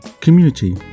community